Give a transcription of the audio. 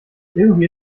irgendwie